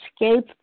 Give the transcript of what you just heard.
escape